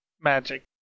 magic